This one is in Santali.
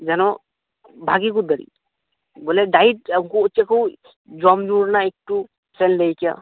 ᱡᱮᱱᱚ ᱵᱷᱟᱜᱮ ᱠᱚ ᱫᱟᱲᱮᱜ ᱵᱚᱞᱮ ᱰᱟᱭᱮᱴ ᱪᱮᱫ ᱠᱚ ᱡᱚᱢ ᱧᱩ ᱨᱮᱭᱟᱜ ᱮᱠᱴᱩ ᱞᱟᱹᱭ ᱠᱮᱭᱟ